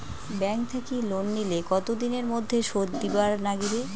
Bank থাকি loan নিলে কতো দিনের মধ্যে শোধ দিবার নাগিবে?